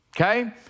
okay